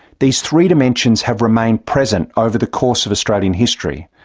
these three dimensions have remained present over the course of australian history,